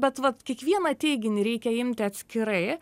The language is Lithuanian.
bet vat kiekvieną teiginį reikia imti atskirai